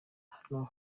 hano